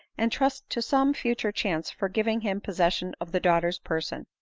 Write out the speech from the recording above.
and trust to some future chance for giving him possession of the daughter's per son.